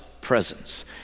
presence